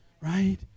right